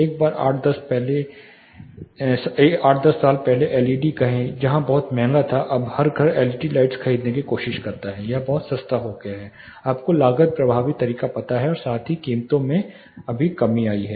एक बार 8 10 साल पहले एल ई डी कहें जहां बहुत महंगा अब हर घर एलईडी लाइट्स खरीदने की कोशिश करता है यह बहुत सस्ता हो गया है आपको लागत प्रभावी तरीका पता है और साथ ही कीमतों में अभी कमी आई है